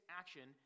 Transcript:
action